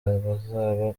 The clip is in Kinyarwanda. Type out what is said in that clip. bazaba